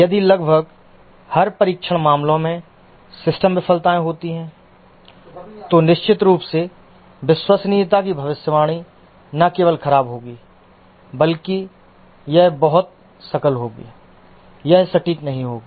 यदि लगभग हर परीक्षण मामलों में सिस्टम विफलताएं होती हैं तो निश्चित रूप से विश्वसनीयता की भविष्यवाणी न केवल खराब होगी बल्कि यह बहुत सकल होगी यह सटीक नहीं होगी